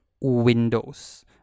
Windows